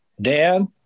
Dan